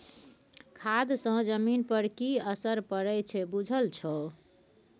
खाद सँ जमीन पर की असरि पड़य छै बुझल छौ